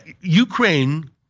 Ukraine